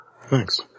Thanks